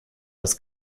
das